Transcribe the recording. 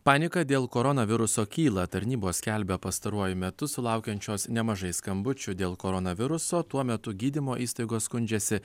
paniką dėl koronaviruso kyla tarnybos skelbia pastaruoju metu sulaukiančios nemažai skambučių dėl koronaviruso tuo metu gydymo įstaigos skundžiasi